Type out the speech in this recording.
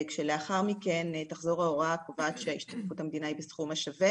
לאחר מכן תחזור ההוראה הקובעת שהשתתפות המדינה היא בסכום השווה